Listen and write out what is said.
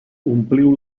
ompliu